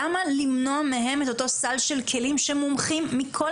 למה למנוע מהם את אותו סל של כלים שמומחים מכל